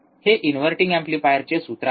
हे इनव्हर्टिंग एम्पलीफायरचे सूत्र आहे